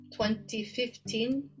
2015